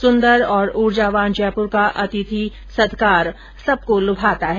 सुंदर और उर्जावान जयपुर का अतिथि सत्कार सबको लुभाता है